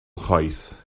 chwaith